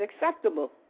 acceptable